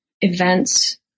events